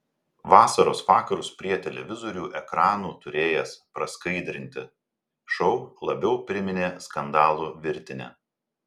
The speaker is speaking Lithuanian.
vasaros vakarus prie televizorių ekranų turėjęs praskaidrinti šou labiau priminė skandalų virtinę